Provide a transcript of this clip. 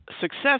Success